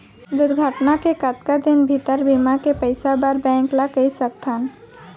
दुर्घटना के कतका दिन भीतर बीमा के पइसा बर बैंक ल कई सकथन?